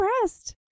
impressed